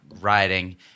riding